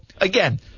again